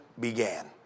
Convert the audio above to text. Began